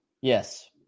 Yes